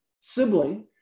sibling